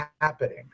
happening